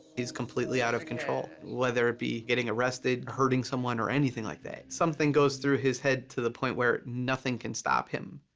completely out of control, whether it be getting arrested, hurting someone, or anything like that. something goes through his head to the point where nothing can stop him.